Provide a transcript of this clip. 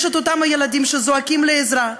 יש ילדים שזועקים לעזרה,